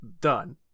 Done